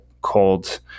cold